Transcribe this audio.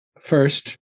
First